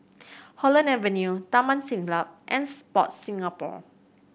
Holland Avenue Taman Siglap and Sport Singapore